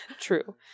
True